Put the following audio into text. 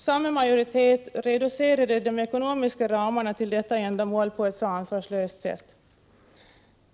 Samma majoritet reducerade de ekonomiska ramarna för detta ändamål på ett ansvarslöst sätt.